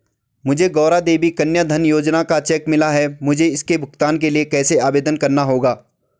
मुझे गौरा देवी कन्या धन योजना का चेक मिला है मुझे इसके भुगतान के लिए कैसे आवेदन करना होगा?